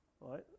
Right